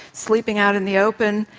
sleeping out in the open.